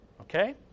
Okay